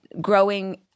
growing